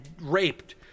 raped